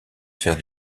faire